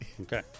Okay